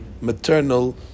maternal